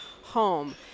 home